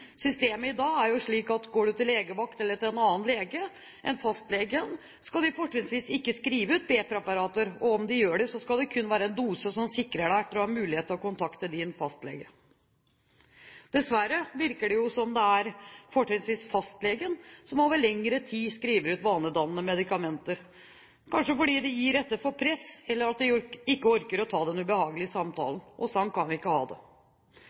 Systemet i dag er jo slik at om du går til legevakt eller en annen lege enn fastlegen, skal de fortrinnsvis ikke skrive ut B-preparater, og om de gjør det, skal det kun være en dose som sikrer deg til du har mulighet til å kontakte din fastlege. Dessverre virker det som om det er fastlegen som over lengre tid skriver ut vanedannende medikamenter – kanskje fordi de gir etter for press eller at de ikke orker å ta den ubehagelige samtalen. Slik kan vi ikke ha det.